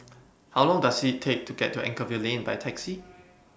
How Long Does IT Take to get to Anchorvale Lane By Taxi